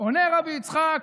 עונה רבי יצחק,